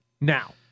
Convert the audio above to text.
now